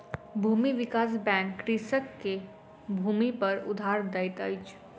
भूमि विकास बैंक कृषक के भूमिपर उधार दैत अछि